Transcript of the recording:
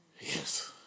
Yes